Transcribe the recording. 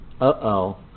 Uh-oh